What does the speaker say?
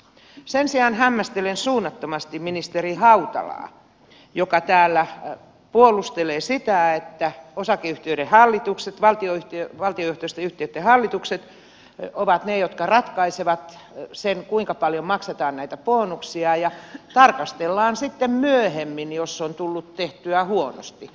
sen sijaan hämmästelen suunnattomasti ministeri hautalaa joka täällä puolustelee että osakeyhtiöiden hallitukset valtiojohtoisten yhtiöitten hallitukset ovat ne jotka ratkaisevat sen kuinka paljon maksetaan näitä bonuksia ja että tarkastellaan sitten myöhemmin jos on tullut tehtyä huonosti